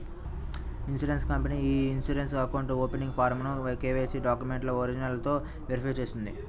insurance company ఇ insurance account opening ఫారమ్ను KYC డాక్యుమెంట్ల ఒరిజినల్లతో వెరిఫై చేస్తుంది